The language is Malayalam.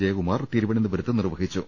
ജയകുമാർ തിരുവനന്തപുരത്ത് നിർവ്വഹിച്ചു